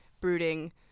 brooding